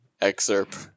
excerpt